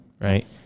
right